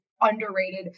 underrated